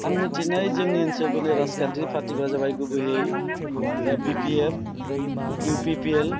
आं मिनथिनाय जोंनि ओनसोलफोरनि राजखान्थि पार्टिफोरा जाबाय गुबैयै ओ B P F U P P L